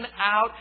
out